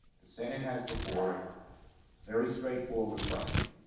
the senate has before very straightforward question.